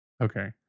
Okay